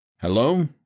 Hello